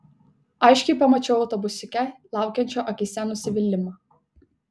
aiškiai pamačiau autobusiuke laukiančio akyse nusivylimą